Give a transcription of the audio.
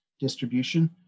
distribution